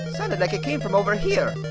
sounded like it came from over here.